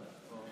לא.